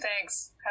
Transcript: thanks